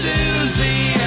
Susie